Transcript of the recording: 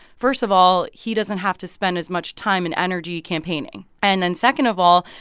first of all, he doesn't have to spend as much time and energy campaigning. and then, second of all,